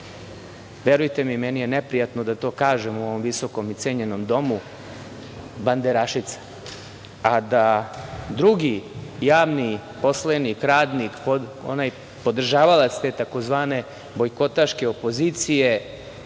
verujte mi, meni je neprijatno da to kažem u ovom visokom i cenjenom domu – banderašica, a da drugi javni poslanik, radnik, onaj podržavalac te tzv. bojkotaške opozicije